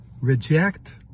Reject